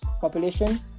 population